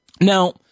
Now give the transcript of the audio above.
Now